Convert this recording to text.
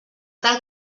tal